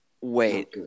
Wait